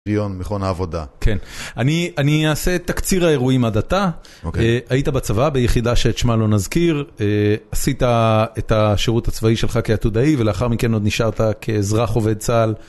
ראיון מכון העבודה. כן. אני אעשה תקציר האירועים עד עתה. היית בצבא ביחידה שאת שמה לא נזכיר. עשית את השירות הצבאי שלך כעתודאי ולאחר מכן עוד נשארת כאזרח עובד צה"ל.